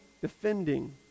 defending